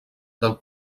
del